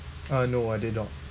uh no I did not